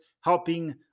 helping